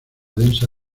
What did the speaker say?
densa